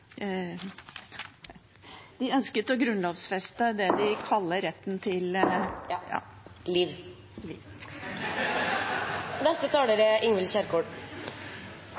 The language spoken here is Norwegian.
siden ønsket å grunnlovfeste det de kaller retten til ...… liv.